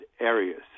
areas